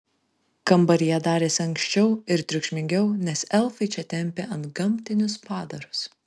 kambaryje darėsi ankščiau ir triukšmingiau nes elfai čia tempė antgamtinius padarus